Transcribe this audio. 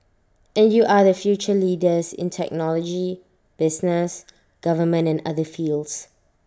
and you are the future leaders in technology business government and other fields